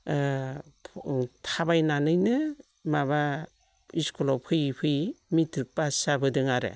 थाबायनानैनो माबा स्कुलाव फैयै फैयै मेट्रिक पास जाबोदों आरो